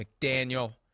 McDaniel